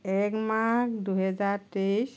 এক মাঘ দুহেজাৰ তেইছ